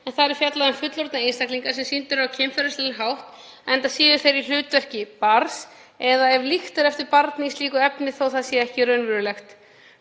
Þar er fjallað um fullorðna einstaklinga sem sýndir eru á kynferðislegan hátt enda séu þeir í hlutverki barns eða ef líkt er eftir barni í slíku efni þó að það sé ekki raunverulegt.